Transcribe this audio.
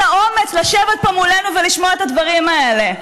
אין לה אומץ לשבת פה מולנו ולשמוע את הדברים האלה.